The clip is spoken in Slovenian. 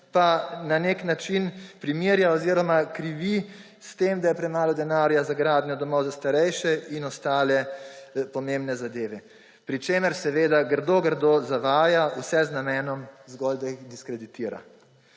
pa na nek način primerja oziroma krivi s tem, da je premalo denarja za gradnjo domov za starejše in ostale pomembne zadeve. Pri čemer seveda grdo zavaja, vse z namenom zgolj, da jih diskreditira.